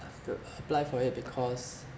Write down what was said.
I've to apply for it because